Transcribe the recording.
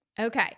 Okay